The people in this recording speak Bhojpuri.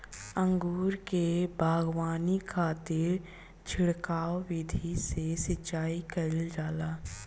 अंगूर के बगावानी खातिर छिड़काव विधि से सिंचाई कईल जाला